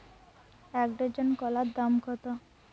এক ডজন কলার দাম কত?